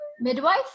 Midwife